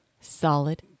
Solid